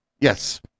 yes